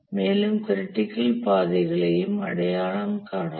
மேலும் க்ரிட்டிக்கல் பாதைகளையும் அடையாளம் காணலாம்